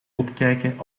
opkijken